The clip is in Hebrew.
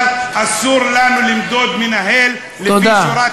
אבל אסור לנו למדוד מנהל לפי שורת הרווח.